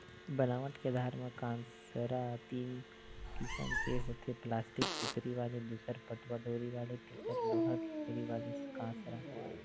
बनावट के आधार म कांसरा तीन किसम के होथे प्लास्टिक सुतरी वाले दूसर पटवा डोरी वाले तिसर लोहा के कड़ी वाले कांसरा